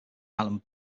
island